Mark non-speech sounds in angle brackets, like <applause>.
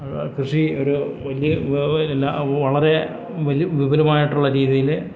കൃഷി ഒരു വലിയ <unintelligible> വളരെ വലിയ വിപുലമായിട്ടുള്ള രീതിയില്